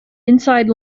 inside